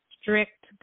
strict